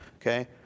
okay